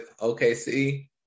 OKC